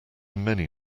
many